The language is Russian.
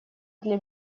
для